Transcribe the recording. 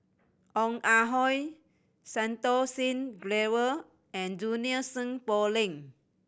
Ong Ah Hoi Santokh Singh Grewal and Junie Sng Poh Leng